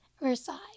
Versailles